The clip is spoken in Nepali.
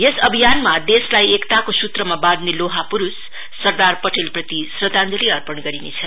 यस अभियानमा देशलाई एकताको सूत्रमा बोहने लोह पुरुष सरदार पटेल प्रति श्रद्धाञ्जलि अर्पण गरिनेछ